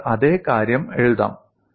നമുക്ക് അതേ കാര്യം എഴുതാം